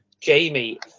Jamie